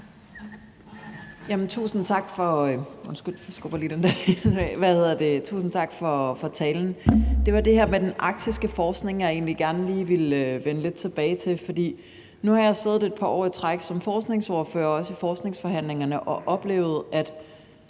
Tusind tak for talen. Det er spørgsmålet om den arktiske forskning, jeg gerne lige vil vende tilbage til. Nu har jeg siddet et par år i træk som forskningsordfører og også